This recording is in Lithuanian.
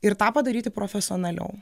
ir tą padaryti profesionaliau